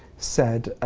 said,